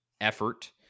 effort